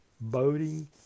boating